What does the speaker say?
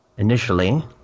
Initially